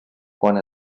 quan